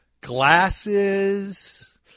glasses